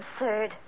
absurd